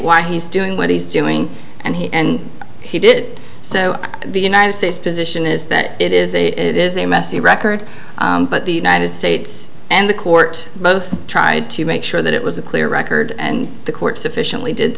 why he's doing what he's doing and he and he did it so the united states position is that it is a it is a messy record but the united states and the court both tried to make sure that it was a clear record and the court sufficiently did